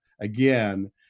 again